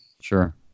Sure